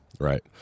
right